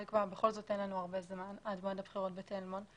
אין לנו הרבה זמן עד הבחירות בתל מונד.